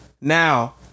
now